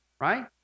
right